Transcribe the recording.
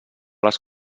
les